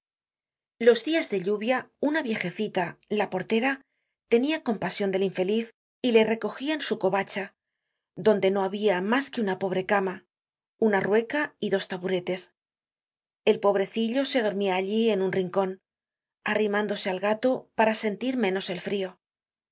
los dias de lluvia una viejecita la portera tenia compasion del infeliz y le recogia en su covacha donde no habia mas que una pobre cama una rueca y dos taburetes el pobrecillo se dormia allí en un rincon arrimándose al'gato para sentir menos el frio